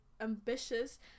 Ambitious